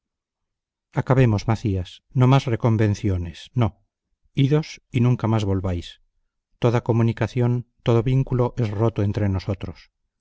acabemos macías no más reconvenciones no idos y nunca más volváis toda comunicación todo vínculo es roto entre nosotros